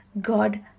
God